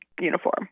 uniform